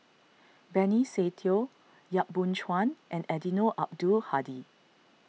Benny Se Teo Yap Boon Chuan and Eddino Abdul Hadi